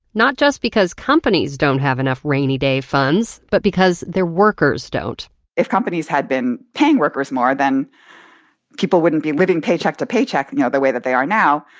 not just because companies don't have enough rainy day funds, but because their workers don't if companies had been paying workers more, then people wouldn't be living paycheck to paycheck and yeah the way that they are now,